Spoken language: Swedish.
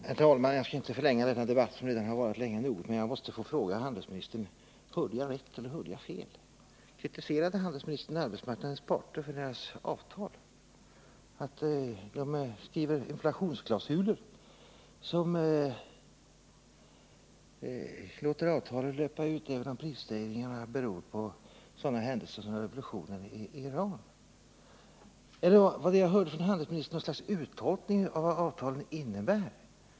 Herr talman! Jag skall inte förlänga denna debatt som redan har pågått länge nog, men jag måste få fråga handelsministern om jag hörde rätt eller fel. Kritiserade handelsministern arbetsmarknadens parter för deras avtal, för att de skriver inflationsklausuler som låter avtalen löpa ut även om prisstegringarna beror på sådana händelser som revolutionen i Iran? Eller var det som jag hörde från handelsministern något slags uttolkning av vad avtalen innebär?